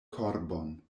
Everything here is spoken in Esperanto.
korbon